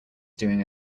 doing